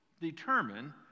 determine